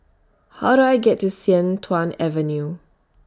How Do I get to Sian Tuan Avenue